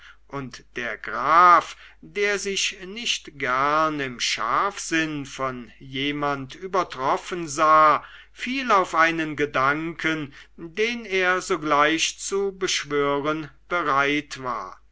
und der graf der sich nicht gern im scharfsinn von jemand übertroffen sah fiel auf einen gedanken den er sogleich zu beschwören bereit war